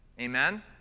Amen